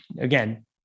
again